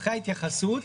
אחרי ההתייחסות.